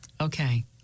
Okay